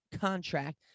contract